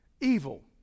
evil